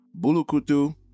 bulukutu